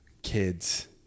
kids